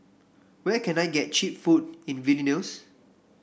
where can I get cheap food in Vilnius